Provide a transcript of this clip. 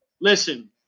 Listen